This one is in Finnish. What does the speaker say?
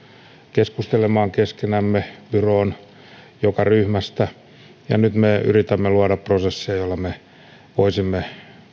keskustelemaan keskenään byroon joka ryhmästä ja nyt me yritämme luoda prosesseja joilla me voisimme